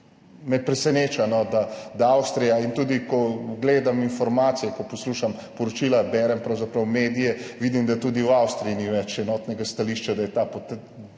res preseneča in tudi ko gledam informacije, ko poslušam poročila, berem pravzaprav medije, vidim, da tudi v Avstriji ni več enotnega stališča, da je ta ukrep na